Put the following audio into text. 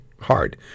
hard